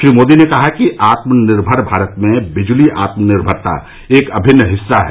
श्री मोदी ने कहा कि आत्मनिर्मर भारत में बिजली आत्मनिर्मरता एक अभिन्न हिस्सा है